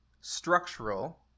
structural